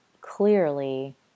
clearly